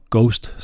Ghost